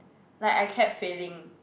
like I kept failing